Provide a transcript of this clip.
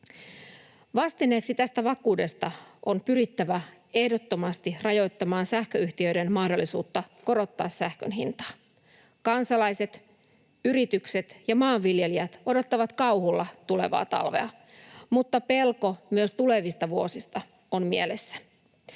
Vastineeksi tästä vakuudesta on pyrittävä ehdottomasti rajoittamaan sähköyhtiöiden mahdollisuutta korottaa sähkön hintaa. Kansalaiset, yritykset ja maanviljelijät odottavat kauhulla tulevaa talvea, mutta pelko myös tulevista vuosista on mielessä.